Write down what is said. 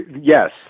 yes